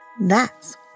That's